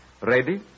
Ready